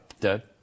Dead